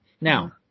Now